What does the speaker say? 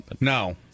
No